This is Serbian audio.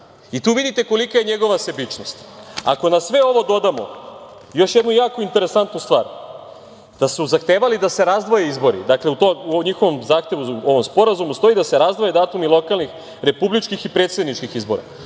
Tu vidite kolika je njegova sebičnost. Ako na sve ovo dodamo još jednu jako interesantnu stvar, da su zahtevali da se razdvoje izbori, to u njihovom sporazumu stoji, da se razdvoje datumi lokalnih, republičkih i predsedničkih izbora,